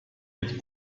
mit